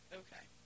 okay